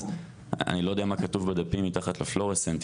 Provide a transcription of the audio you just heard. אז אני לא יודע מה כתוב בדפים מתחת לפלורוסנטים,